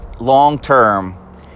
long-term